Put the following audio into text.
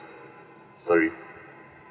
sorry